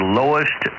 lowest